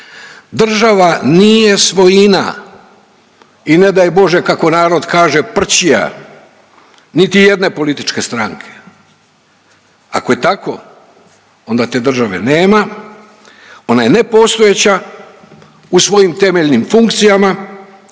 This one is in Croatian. Država nije svojina i ne daj Bože kako narod kaže prčija niti jedne političke stranke. Ako je tako onda te države nema, ona je nepostojeća u svojim temeljnim funkcijama.